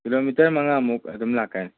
kilometre ꯃꯉꯥꯃꯨꯛ ꯑꯗꯨꯝ ꯂꯥꯛꯀꯅꯤ